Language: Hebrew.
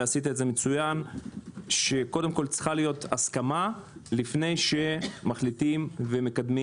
ועשית זאת מצוין - קודם כל צריכה להיות הסכמה לפני שמחליטים ומקדמים